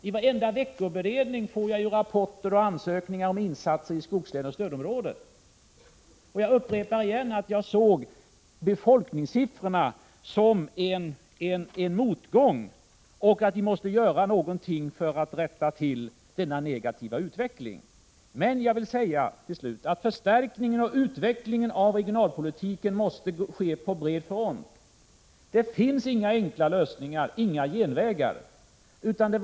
I varenda veckoberedning får jag rapporter och ansökningar om insatser iskogslänen och stödområdena. Jag upprepar igen att jag såg befolkningssiffrorna som en motgång och att vi måste göra något för att rätta till denna negativa utveckling. Men jag vill till slut säga att förstärkningen och utvecklingen av regionalpolitiken måste ske på bred front. Det finns inte Prot. 1985/86:103 några enkla lösningar eller genvägar.